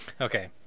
okay